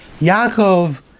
Yaakov